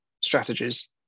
strategies